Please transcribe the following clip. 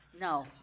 No